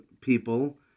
people